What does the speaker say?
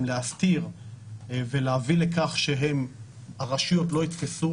להסתיר ולהביא לכך שהרשויות לא יתפסו,